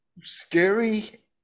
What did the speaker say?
scary